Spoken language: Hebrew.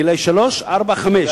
כלומר, גילאי שלוש, ארבע וחמש.